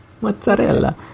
Mozzarella